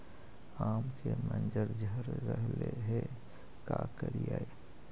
आम के मंजर झड़ रहले हे का करियै?